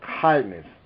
kindness